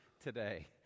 today